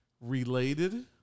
related